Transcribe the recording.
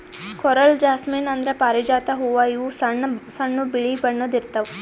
coral jasmine ಅಂದ್ರ ಪಾರಿಜಾತ ಹೂವಾ ಇವು ಸಣ್ಣ್ ಸಣ್ಣು ಬಿಳಿ ಬಣ್ಣದ್ ಇರ್ತವ್